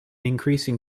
increasing